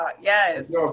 Yes